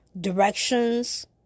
directions